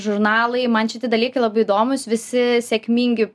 žurnalai man šitie dalykai labai įdomūs visi sėkmingi